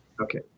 Okay